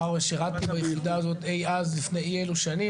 מאחר ושירתי ביחידה אז לפני אי אלו שנים,